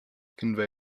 convey